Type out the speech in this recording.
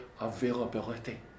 availability